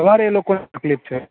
સવારે એ લોકોને તકલીફ છે